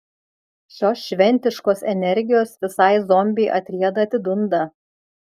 šios šventiškos energijos visai zombiai atrieda atidunda